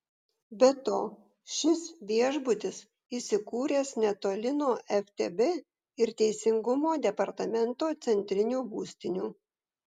be to šis viešbutis įsikūręs netoli nuo ftb ir teisingumo departamento centrinių būstinių